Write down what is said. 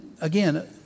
again